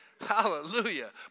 Hallelujah